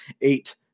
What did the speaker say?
Eight